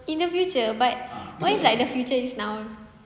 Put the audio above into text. in the future but why is the future is now